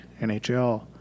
NHL